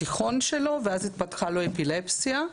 התיכון שלו ואז התפתחה לו אפילפסיה.